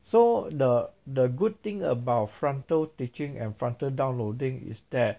so the the good thing about frontal teaching and frontal downloading is that